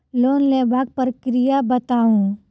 Loan लेबाक प्रक्रिया बताऊ?